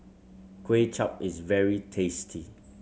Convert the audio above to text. Kuay Chap is very tasty